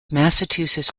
massachusetts